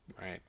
Right